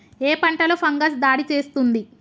ఏ పంటలో ఫంగస్ దాడి చేస్తుంది?